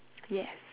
yes